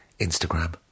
Instagram